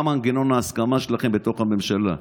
מה מנגנון ההסכמה שלכם בתוך הממשלה?